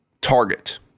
Target